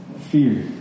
fear